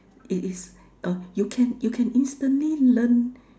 it is uh you can you can instantly learn